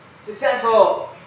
successful